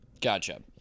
Gotcha